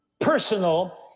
personal